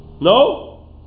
No